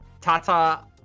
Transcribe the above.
Tata